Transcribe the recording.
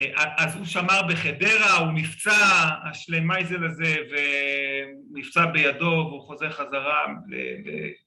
‫אז הוא שמר בחדרה, ‫הוא נפצע, השלמייזל הזה, ‫ונפצע בידו והוא חוזר חזרה ב... ב...